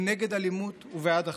הם נגד אלימות ובעד אחדות.